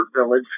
village